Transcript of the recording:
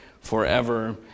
forever